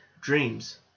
dreams